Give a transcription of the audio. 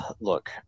look